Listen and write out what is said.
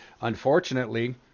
unfortunately